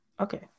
Okay